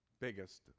biggest